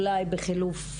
אולי בחילוף,